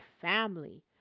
family